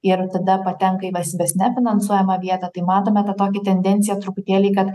ir tada patenka į valstybės nefinansuojamą vietą tai matome tą tokią tendenciją truputėlį kad